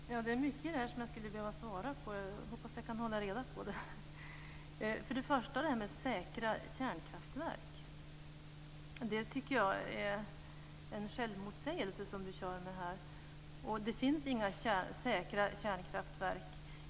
Fru talman! Det är mycket i det här som jag skulle behöva ta upp. Jag hoppas att jag kan hålla reda på det här. När det gäller säkra kärnkraftverk tycker jag att det är en motsägelse som Ola Karlsson kör med. Det finns inga säkra kärnkraftverk.